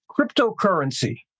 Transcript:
cryptocurrency